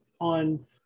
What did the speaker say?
on